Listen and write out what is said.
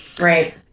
Right